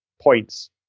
points